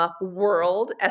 World